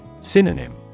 Synonym